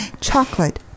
Chocolate